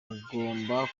mugomba